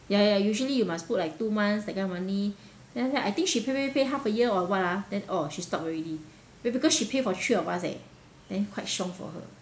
ya ya usually you must put like two months that kind of money then that I think she pay pay pay half a year or what ah then oh she stopped already because she pay for three of us leh then quite siong for her